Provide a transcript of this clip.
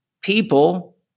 people